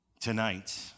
Tonight